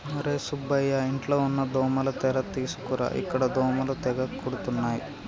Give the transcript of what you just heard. ఒర్రే సుబ్బయ్య ఇంట్లో ఉన్న దోమల తెర తీసుకురా ఇక్కడ దోమలు తెగ కుడుతున్నాయి